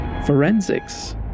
Forensics